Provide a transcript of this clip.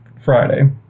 Friday